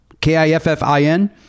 k-i-f-f-i-n